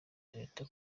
toyota